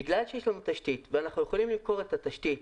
בגלל שיש לנו תשתית ואנחנו יכולים למכור את התשתית,